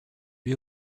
you